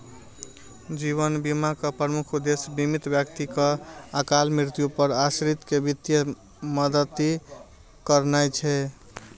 जीवन बीमाक प्रमुख उद्देश्य बीमित व्यक्तिक अकाल मृत्यु पर आश्रित कें वित्तीय मदति करनाय छै